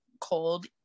cold